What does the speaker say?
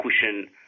cushion